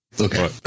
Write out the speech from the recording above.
Okay